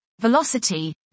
velocity